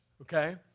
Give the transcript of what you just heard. okay